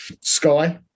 Sky